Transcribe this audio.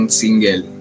single